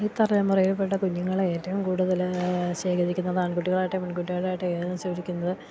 ഈ തലമുറയിൽപ്പെട്ട കുഞ്ഞുങ്ങൾ ഏറ്റവും കൂടുതൽ ശേഖരിക്കുന്നത് ആൺകുട്ടികളാകട്ടെ പെൺകുട്ടികളാകട്ടെ എന്തെന്ന് ചോദിക്കുന്നത്